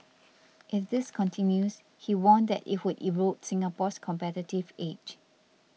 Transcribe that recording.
if this continues he warned that it would erode Singapore's competitive edge